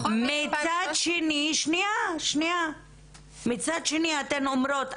מצד שני אתן אומרות,